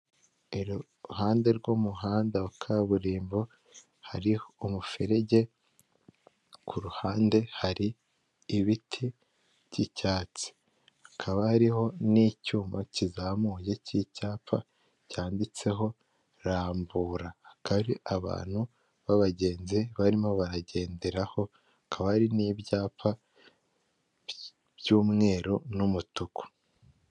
Iruhande rw'umuhanda wa kaburimbo hari umuferege, ku ruhande hari ibiti by'icyatsi hakaba hariho n'icyuma kizamuye k'icyapa cyanditseho Rambura, hakaba hari abantu b'abagenzi barimo baragenderaho hakaba hari n'ibyapa by'umweru n'umutuku.